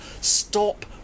stop